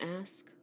ask